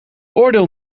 oordeel